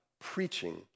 preaching